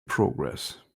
progress